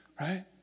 Right